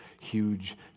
huge